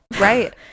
Right